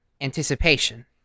anticipation